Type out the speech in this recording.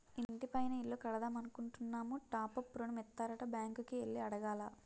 ఇంటి పైన ఇల్లు కడదామనుకుంటున్నాము టాప్ అప్ ఋణం ఇత్తారట బ్యాంకు కి ఎల్లి అడగాల